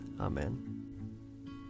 Amen